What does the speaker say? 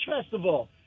festival